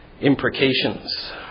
imprecations